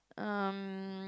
um